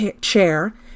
chair